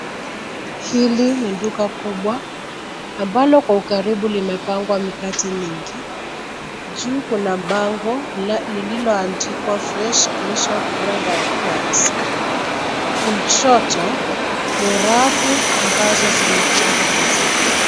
Hili ni duka kubwa ambalo kwa ukaribu limepangwa mikate mingi juu kuna bango lililoandikwa fresh initials bread and cakes kushoto ni rafu ambazo zimepangwa maziwa.